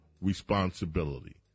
responsibility